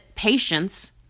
Patience